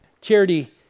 Charity